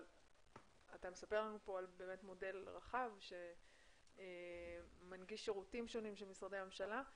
אבל אתה מספר לנו פה על מודל רחב שמנגיש שירותים שונים של משרדי הממשלה,